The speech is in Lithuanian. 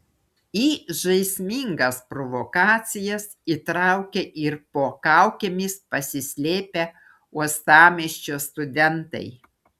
į žaismingas provokacijas įtraukė ir po kaukėmis pasislėpę uostamiesčio studentai